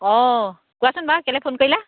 অঁ কোৱাচোন বাৰু কেলৈ ফোন কৰিলোঁ